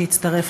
שהצטרף,